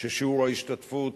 ששיעור ההשתתפות